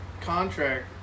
contract